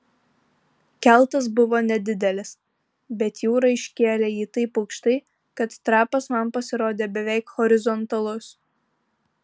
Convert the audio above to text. keltas buvo nedidelis bet jūra iškėlė jį taip aukštai kad trapas man pasirodė beveik horizontalus